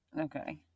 Okay